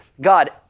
God